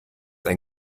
ein